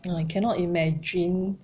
I cannot imagine